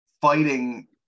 fighting